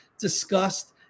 discussed